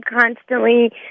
constantly